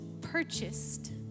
purchased